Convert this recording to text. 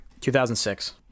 2006